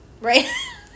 Right